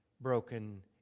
broken